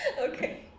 Okay